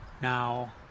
Now